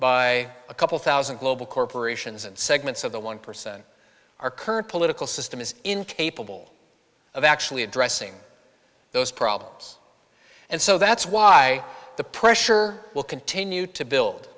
by a couple thousand global corporations and segments of the one percent our current political system is incapable of actually addressing those problems and so that's why the pressure will continue to build